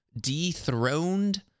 dethroned